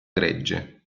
gregge